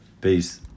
Peace